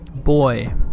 boy